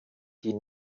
die